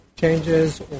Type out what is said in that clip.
changes